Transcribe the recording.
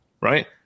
right